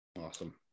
Awesome